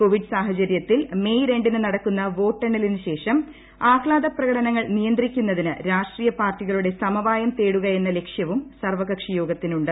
Covid സാഹചര്യത്തിൽ May രണ്ട്രീന് ന്ന്ടക്കുന്ന വോട്ടെണ്ണലിന് ശേഷം ആഹ്ളാദ പ്രകടനങ്ങൾ നിയുന്ത്രീക്കുന്നതിന് രാഷ്ട്രീയ പാർട്ടികളുടെ സമവായം തേടുക്കിട്ടുന്ന് ലക്ഷ്യവും സർവകക്ഷി യോഗത്തിനുണ്ട്